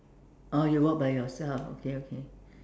oh you walk by yourself okay okay